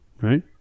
right